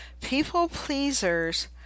people-pleasers